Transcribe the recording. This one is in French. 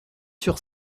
sur